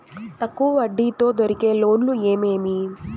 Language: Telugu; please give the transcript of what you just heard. తక్కువ వడ్డీ తో దొరికే లోన్లు ఏమేమి